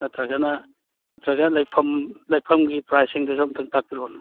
ꯅꯠꯇ꯭ꯔꯒ ꯅꯠꯇ꯭ꯔꯒ ꯂꯩꯐꯝ ꯂꯩꯐꯝꯒꯤ ꯄ꯭ꯔꯥꯏꯖꯁꯤꯡꯗꯨꯁꯨ ꯑꯃꯨꯛꯇꯪ ꯇꯥꯛꯄꯤꯔꯛꯑꯣꯅ